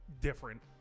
different